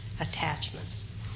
attachments